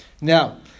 Now